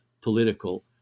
political